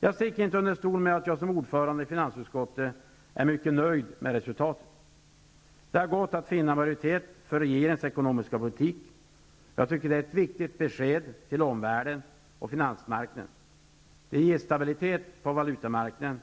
Jag sticker inte under stol med att jag som ordförande i finansutskottet är mycket nöjd med resultatet. Det har gått att finna majoritet för regeringens ekonomiska politik. Jag tycker att det är ett viktigt besked till omvärlden och finansmarknaden. Det ger stabilitet på valutamarknaden.